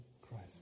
Christ